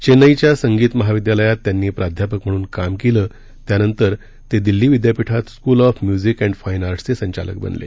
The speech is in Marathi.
चेन्नईच्या संगीत महाविद्यालयात त्यांनी प्राध्यापक म्हणून काम केलं त्यानंतर ते दिल्ली विद्यापीठात स्कूल ऑफ म्युझिक अर्जि फात्ति ऑर्टसचे संचालक बनले